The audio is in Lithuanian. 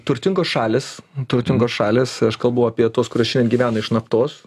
turtingos šalys turtingos šalys aš kalbu apie tos kurios šiandien gyvena iš naftos